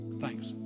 Thanks